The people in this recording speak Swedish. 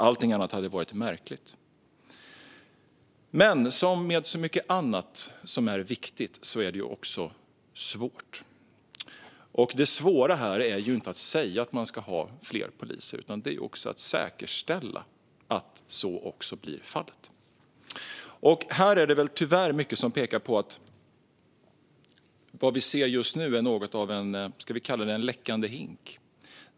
Allting annat hade varit märkligt. Men som med så mycket annat som är viktigt är det också svårt. Det svåra här är inte att säga att man ska ha fler poliser. Det är att säkerställa att så också blir fallet. Här är det tyvärr mycket som pekar på att vad vi ser just nu är något av en läckande hink.